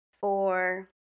four